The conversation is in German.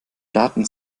daten